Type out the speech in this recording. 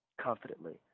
confidently